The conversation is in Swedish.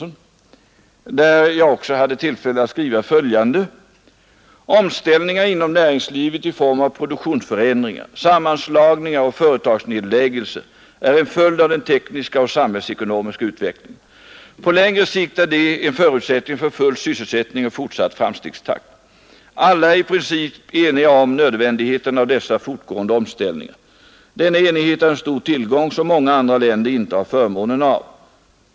Där hade jag också tillfälle att skriva följande: ”Omställningar inom näringslivet i form av produktionsförändringar, sammanslagningar och företagsnedläggelser är en följd av den tekniska och samhällsekonomiska utvecklingen. På längre sikt är de en förutsättning för full sysselsättning och fortsatt framstegstakt. Alla är i princip eniga om nödvändigheten av dessa fortgående omställningar. Denna enighet är en stor tillgång som många andra länder inte har förmånen av.